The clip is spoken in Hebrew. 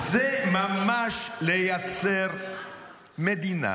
זה ממש לייצר מדינה